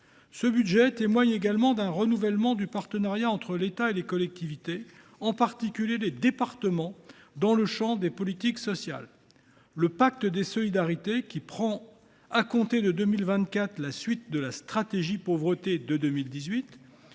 Ce budget témoigne également d’un renouvellement du partenariat entre l’État et les collectivités, en particulier les départements, dans le champ des politiques sociales. Le pacte des solidarités, qui prend la suite, à compter de 2024, de la stratégie nationale de